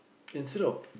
instead of